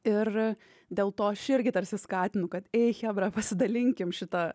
ir dėl to aš irgi tarsi skatinu kad ei chebra pasidalinkim šitą